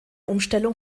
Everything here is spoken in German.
umstellung